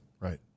right